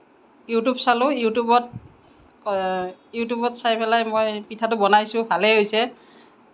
YouTube চালোঁ ইউটিউবত ইউটিউবত চাই পেলাই মই পিঠাটো বনাইছোঁ ভালে হৈছে